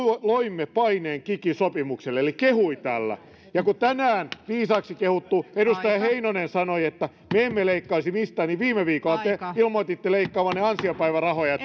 loimme paineen kiky sopimukselle eli kehui tällä ja kun tänään viisaaksi kehuttu edustaja heinonen sanoi että me emme leikkaisi mistään niin viime viikolla te ilmoititte leikkaavanne ansiopäivärahoja ja